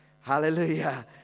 Hallelujah